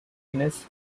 genus